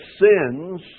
sins